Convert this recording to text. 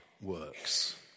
works